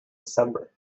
december